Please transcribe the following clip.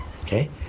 Okay